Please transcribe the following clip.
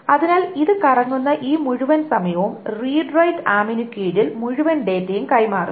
അതിനാൽ ഇത് കറങ്ങുന്ന ഈ മുഴുവൻ സമയവും റീഡ് റൈറ്റ് ആർമിനു കീഴിൽ മുഴുവൻ ഡാറ്റയും കൈമാറുന്നു